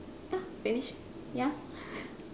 ya finish ya